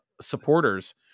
supporters